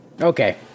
Okay